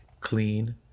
clean